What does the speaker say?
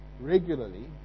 regularly